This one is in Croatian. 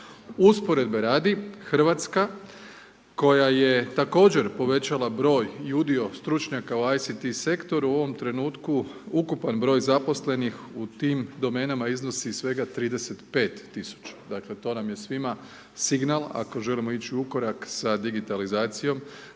Usporedbe radi, Hrvatska, koja je također povećala br. i udio stručnjaka u ICT sektoru, u ovom trenutku ukupan br. zaposlenih u tim domenama iznosi svega 35 tisuća. Dakle, to nam je svima signal ako želimo ići u korak sa digitalizacijom,